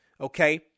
Okay